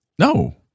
No